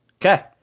Okay